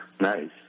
Nice